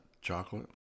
chocolate